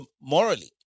morally